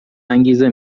انگیزه